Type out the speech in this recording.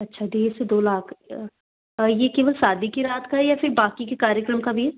अच्छा डेढ़ से दो लाख ये केवल शादी की रात का है या फिर बाकी के कार्यक्रम का भी है